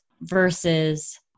versus